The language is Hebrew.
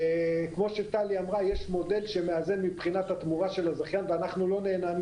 כמו שטליה אמרה יש מודל שמאזן מבחינת התמורה של הזכיין ואנחנו לא נהנים